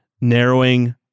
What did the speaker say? narrowing